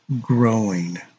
growing